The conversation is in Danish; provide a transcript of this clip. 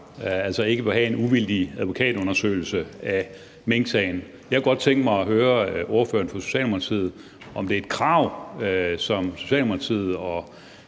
altså ikke vil have en uvildig advokatundersøgelse af minksagen. Jeg kunne godt tænke mig at høre ordføreren fra Socialdemokratiet, om det er et krav, som Socialdemokratiet og